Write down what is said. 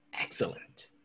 Excellent